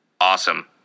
awesome